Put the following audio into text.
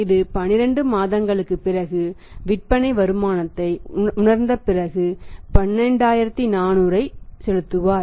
இது 12 மாதங்களுக்குப் பிறகு விற்பனை வருமானத்தை உணர்ந்த பிறகு 12400ஐ செலுத்துவார்